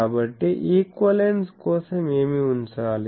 కాబట్టి ఈక్వివలెన్స్ కోసం ఏమి ఉంచాలి